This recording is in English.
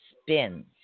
spins